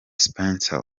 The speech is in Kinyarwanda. spencer